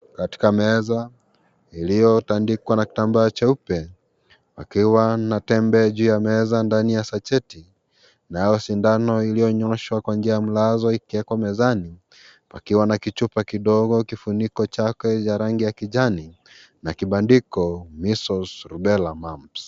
Katika meza iliyotandikwa na kitambaa cheupe, pakiwa na tembe juu ya meza na ndani ya sacheti nayo sindano iliyonyooshwa kwa njia ya mlazo ikiwekwa mezani, pakiwa na kichupa kidogo, kifuniko chake cha rangi ya kijani na kibandiko Measles, rubella, mumps